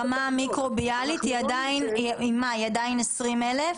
הרמה המיקרוביאלית היא עדיין 20,000?